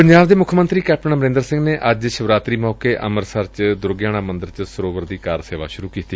ਪੰਜਾਬ ਦੇ ਮੁੱਖ ਮੰਤਰੀ ਕੈਪਟਨ ਅਮਰੰਦਰ ਸਿੰਘ ਨੇ ਅੱਜ ਸ਼ਿਵਰਾਤਰੀ ਮੌਕੇ ਅੰਮਿਤਸਰ ਚ ਦੁਰਗਿਆਣਾ ਮੰਦਰ ਵਿਚ ਸਰੋਵਰ ਦੀ ਕਾਰ ਸੇਵਾ ਸੁਰੁ ਕੀਤੀ